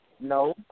No